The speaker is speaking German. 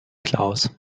klaus